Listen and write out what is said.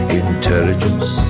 intelligence